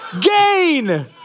Gain